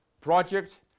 project